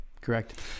Correct